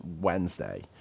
Wednesday